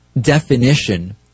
definition